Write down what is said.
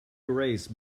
erase